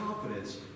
confidence